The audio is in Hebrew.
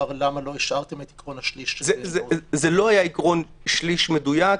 למה לא השארתם את כל השליש --- זה לא היה עקרון שליש מדויק,